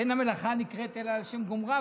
אין המלאכה נקראת אלא על שם גומרה,